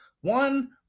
one